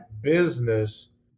business